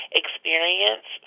experience